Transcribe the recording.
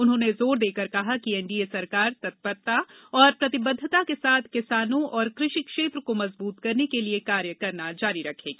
उन्होंने जोर देकर कहा कि एनडीए सरकार तत्परता और प्रतिबद्वता के साथ किसानों और कृषि क्षेत्र को मजबूत करने के लिए कार्य करना जारी रखेगी